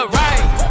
right